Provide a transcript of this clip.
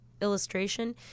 illustration